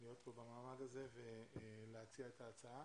להיות פה במעמד הזה ולהציע את ההצעה.